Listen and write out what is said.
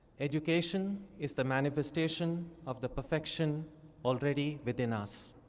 education is the manifestation of the perfection already within us.